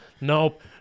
nope